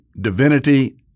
divinity